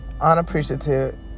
unappreciative